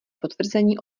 potvrzení